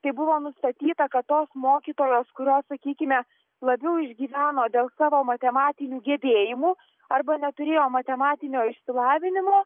tai buvo nustatyta kad tos mokytojos kurios sakykime labiau išgyveno dėl savo matematinių gebėjimų arba neturėjo matematinio išsilavinimo